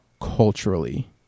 culturally